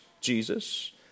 Jesus